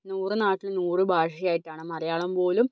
നൂറ് നാട്ടിൽ നൂറ് ഭാഷയായിട്ടാണ് മലയാളം പോലും